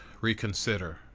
reconsider